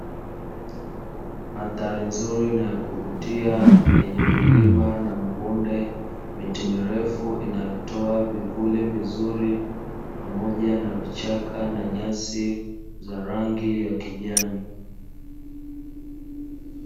Mandhari nzuri na yakuvutia yenye vilima na mabonde, miti mirefu inayotoa vivuli vizuri pamoja na vichaka na nyasi za rangi ya kijani.